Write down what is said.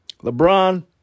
LeBron